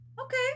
Okay